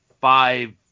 five